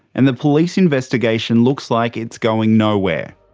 and the police investigation looks like it's going nowhere.